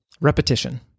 Repetition